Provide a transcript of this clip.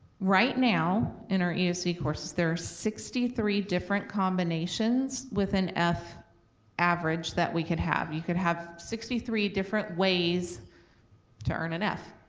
right now in our eoc courses, there are sixty three different combinations with an f average that we could have. you could have sixty three different ways to earn an f.